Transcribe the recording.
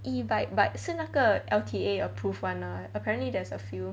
E bike but 是那个 L_T_A approved [one] lah apparently there's a few